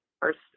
first